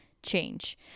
change